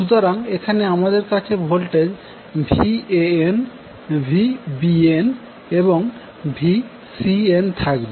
সুতরাং এখানে আমাদের কাছে ভোল্টেজ Van Vbn এবং Vcnথাকবে